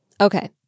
Okay